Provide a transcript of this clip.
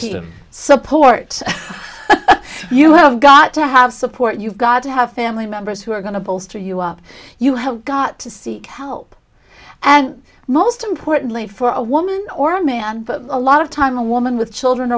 that support you have got to have support you've got to have family members who are going to bolster you up you have got to seek help and most importantly for a woman or a man but a lot of time a woman with children